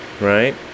right